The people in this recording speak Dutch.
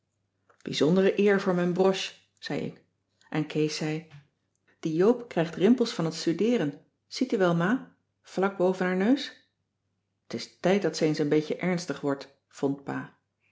eer voor m'n broche zei ik en kees zei die joop krijgt rimpels van het studeeren ziet u wel ma vlak boven haar neus t is tijd dat ze eens een beetje ernstig wordt vond pa